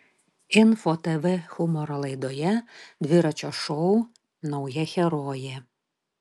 info tv humoro laidoje dviračio šou nauja herojė